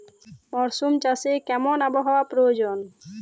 Mushroom চাষে কেমন আবহাওয়ার প্রয়োজন?